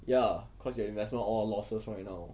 ya cause your investment all losses right now